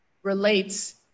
relates